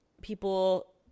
people